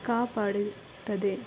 ಕಾಪಾಡುತ್ತದೆ